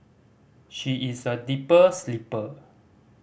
she is a deeper sleeper